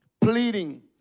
pleading